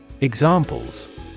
Examples